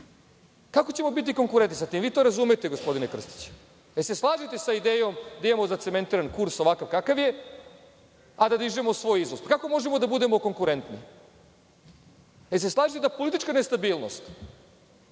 Kako ćemo biti konkurenti sa tim? Vi to razumete gospodine Krstiću. Da li se slažete sa idejom da imamo zacementiran kurs ovakav kakav je, a dižemo svoj izvoz. Kako možemo da budemo konkurentni? Da li se slažete da politička nestabilnost